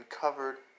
covered